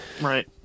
Right